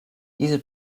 diese